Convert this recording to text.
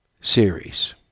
series